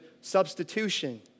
substitution